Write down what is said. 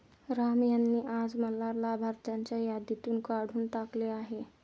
राम यांनी आज मला लाभार्थ्यांच्या यादीतून काढून टाकले आहे